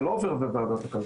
זה לא עובר דרך ועדת הכלכלה.